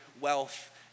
wealth